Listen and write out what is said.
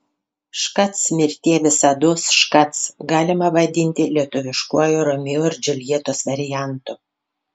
škac mirtie visados škac galima vadinti lietuviškuoju romeo ir džiuljetos variantu